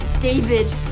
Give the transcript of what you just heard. David